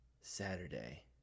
Saturday